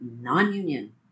non-union